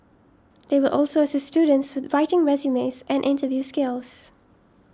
they will also assist students writing resumes and interview skills